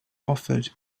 offered